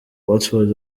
watford